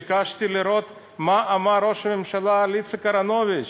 ביקשתי לראות מה אמר ראש הממשלה על איציק אהרונוביץ,